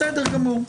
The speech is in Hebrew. בסדר גמור.